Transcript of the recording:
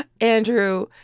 Andrew